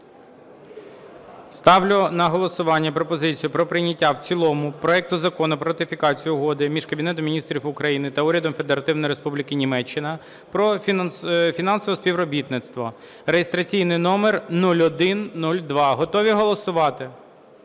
Ставлю на голосування пропозицію про прийняття в цілому проекту Закону про ратифікацію Угоди між Кабінетом Міністрів України та Урядом Федеративної Республіки Німеччина про фінансове співробітництво (реєстраційний номер 0102). Готові голосувати?